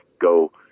go –